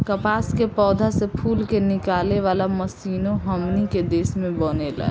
कपास के पौधा से फूल के निकाले वाला मशीनों हमनी के देश में बनेला